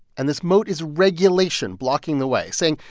and this moat is regulation blocking the way saying,